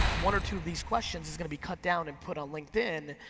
one or two of these questions is gonna be cut down and put on linkedin,